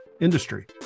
industry